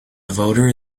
voter